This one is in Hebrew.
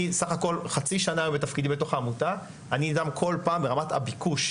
אני בסך הכול חצי שנה בתפקידי בעמותה ואני נדהם כל פעם מרמת הביקוש,